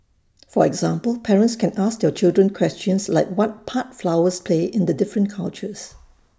for example parents can ask their children questions like what part flowers play in the different cultures